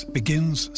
begins